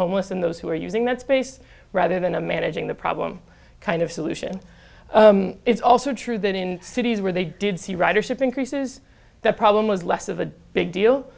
homeless and those who are using that space rather than a managing the problem kind of solution it's also true that in cities where they did see ridership increases the problem was less of a big deal